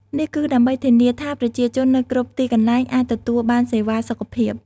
នេះគឺដើម្បីធានាថាប្រជាជននៅគ្រប់ទីកន្លែងអាចទទួលបានសេវាសុខភាព។